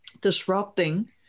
disrupting